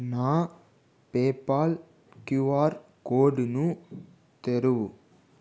నా PayPal QR కోడును తెరువు